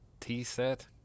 T-Set